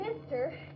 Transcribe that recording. Mister